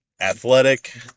athletic